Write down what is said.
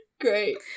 great